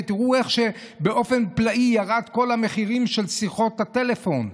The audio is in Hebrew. ותראו איך שבאופן פלאי ירדו כל המחירים של שיחות הטלפון.